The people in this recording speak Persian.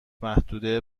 محدوده